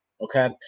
Okay